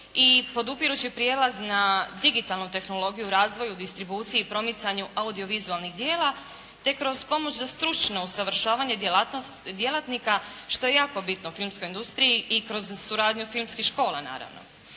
i podupirati će prijelaz na digitalnu tehnologiju u razvoju, distribuciju i promicanju audio vizualnih djela te kroz pomoć za stručno usavršavanje djelatnika što je jako bitno filmskoj industriji i kroz suradnju filmskih škola naravno.